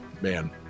Man